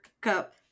cup